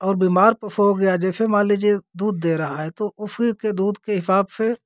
और बीमार पशु हो गया जैसे मान लीजिए दूध दे रहा है तो उसी के दूध के हिसाब से